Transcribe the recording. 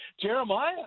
Jeremiah